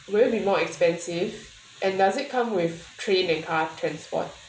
will it be more expensive and does it come with train and car transport